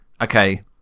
okay